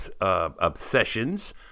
obsessions